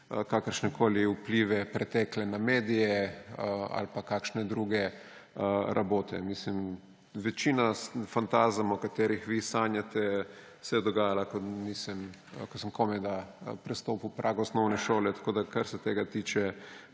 kakršnekoli pretekle vplive na medije ali pa kakšne druge rabote. Mislim, večina fantazem, o katerih vi sanjate, se je dogajalo, ko sem komajda prestopil prag osnovne šole. Kar se tega tiče,